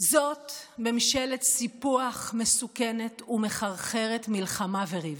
זאת ממשלת סיפוח מסוכנת ומחרחרת מלחמה וריב.